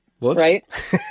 Right